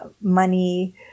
money